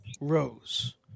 rose